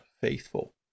faithful